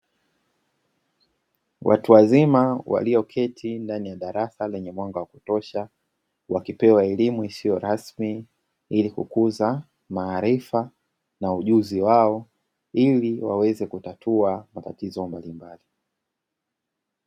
Watu wazima walioketi ndani ya darasa lenye mwamba wa kutosha, wakipewa elimu isiyo rasmi ili kukuza maarifa na ujuzi wao, ili waweze kutatua matatizo mbalimbali.